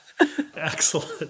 Excellent